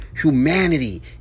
humanity